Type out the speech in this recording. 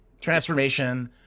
Transformation